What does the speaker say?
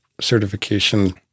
certification